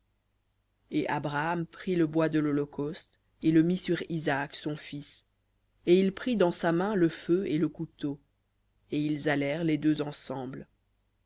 et abraham prit le bois de l'holocauste et le mit sur isaac son fils et il prit dans sa main le feu et le couteau et ils allaient les deux ensemble